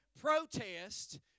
protest